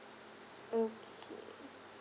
okay